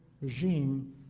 regime